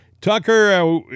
Tucker